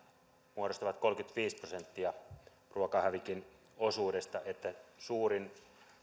muodostavat kolmekymmentäviisi prosenttia ruokahävikin osuudesta suurin